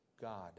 God